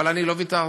אבל אני לא ויתרתי,